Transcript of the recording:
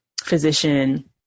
physician